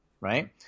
Right